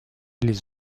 les